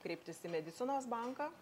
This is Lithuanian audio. kreiptis į medicinos banką